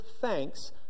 thanks